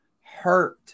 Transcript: hurt